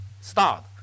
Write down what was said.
start